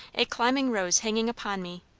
a climbing rose hanging upon me!